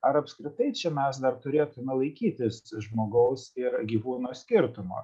ar apskritai čia mes dar turėtume laikytis žmogaus ir gyvūno skirtumo